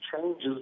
changes